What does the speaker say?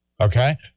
okay